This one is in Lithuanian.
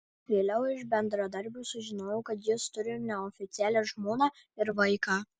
vėliau iš bendradarbių sužinojau kad jis turi neoficialią žmoną ir vaiką